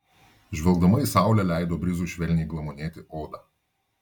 žvelgdama į saulę leido brizui švelniai glamonėti odą